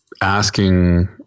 asking